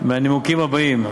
מהנימוקים הבאים: